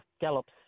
gallops